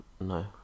No